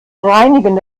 reinigen